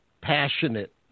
passionate